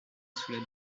sous